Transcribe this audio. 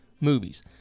movies